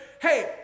hey